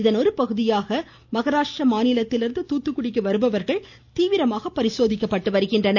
இதன்ஒரு பகுதியாக மராட்டிய மாநிலத்திலிருந்து துாத்துகுடிக்கு வருபவர்கள் தீவிரமாக சோதிக்கப்படுகின்றனர்